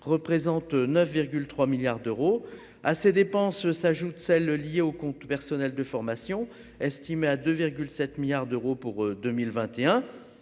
représente 9 3 milliards d'euros à ces dépenses s'ajoutent celles liées au compte personnel de formation, estimée à 2,7 milliards d'euros pour 2021